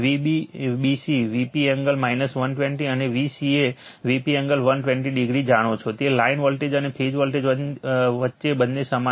તેથી Vab Vp angle 0 Vbc Vp angle 120o અને Vca Vp angle 120o જાણો છો તે લાઇન વોલ્ટેજ અને ફેઝ વોલ્ટેજ બંને સમાન છે